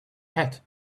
hat